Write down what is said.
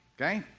okay